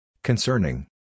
Concerning